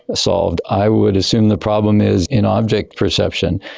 solved, i would assume the problem is in object perception.